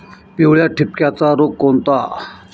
पिवळ्या ठिपक्याचा रोग कोणता?